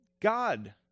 God